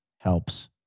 helps